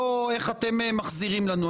לא איך אתם מחזירים לנו.